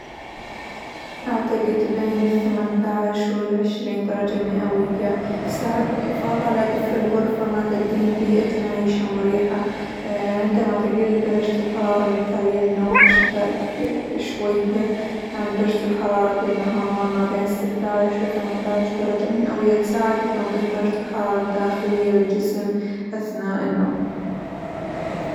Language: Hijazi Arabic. أعتقد بين الثمانية عشر والعشرين درجة مئوية يساعد بالحفاظ على دفء الغرفة، مع تقديم بيئة معيشة مريحة عندما تقل درجة الحرارة المثالية للنوم في الشتاء شوية عن درجة الحرارة بالنهار ما بين ستة عشر لتمانية عشر درجة مئوية، تساعد بتنظيم درجة الحرارة الداخلية للجسم أثناء النوم.